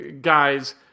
guys